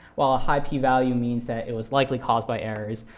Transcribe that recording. while a high p-value means that it was likely caused by errors.